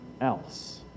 else